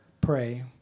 pray